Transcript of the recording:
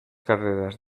carreras